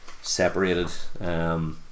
separated